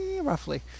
roughly